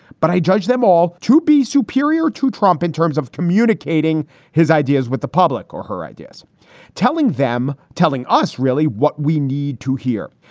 but i judge them all to be superior to trump in terms of communicating his ideas with the public or her ideas telling them, telling us really what we need to hear.